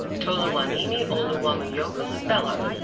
toluwanimi oluwamayokun bello.